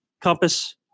compass